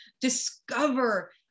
discover